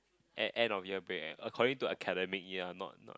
end end of year break eh according to academic year not not